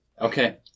Okay